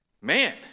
man